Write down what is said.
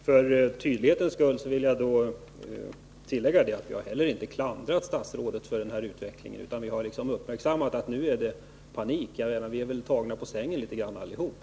Herr talman! För tydlighetens skull vill jag tillägga att jag inte klandrar statsrådet för den utveckling som skett, utan vi har liksom uppmärksammat att det nu är panik och att vi litet till mans blev tagna på sängen.